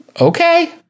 Okay